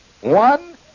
One